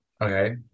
Okay